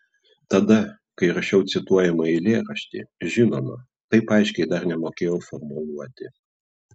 tada kai rašiau cituojamą eilėraštį žinoma taip aiškiai dar nemokėjau formuluoti